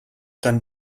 dann